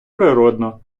природно